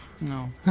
No